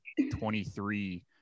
23